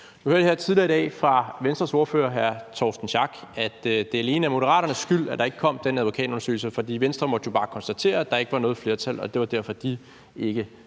vi her tidligere i dag fra Venstres ordfører, hr. Torsten Schack Pedersen, at det alene er Moderaternes skyld, at der ikke kom den advokatundersøgelse. For Venstre måtte jo bare konstatere, at der ikke var noget flertal, og det var derfor, de ikke